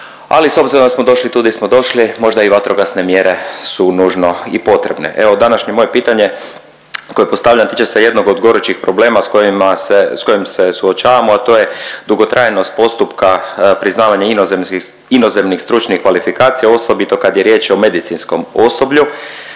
ali s obzirom da smo došli tu di smo došli, možda i vatrogasne mjere su nužno i potrebne. Evo, današnje moje pitanje koje postavljam, tiče se jednog od gorućih problema s kojima se, s kojim se suočavamo, a to je dugotrajnost postupka priznavanja inozemnih stručnih kvalifikacija, osobito kad je riječ o medicinskom osoblju,